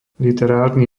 literárny